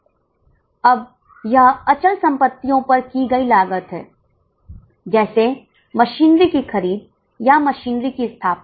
अब यह अचल संपत्तियों पर की गई लागत है जैसे मशीनरी की खरीद या मशीनरी की स्थापना